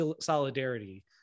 solidarity